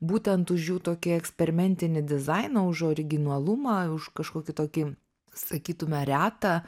būtent už jų tokį eksperimentinį dizainą už originalumą už kažkokį tokį sakytume retą